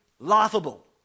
laughable